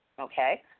Okay